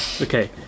Okay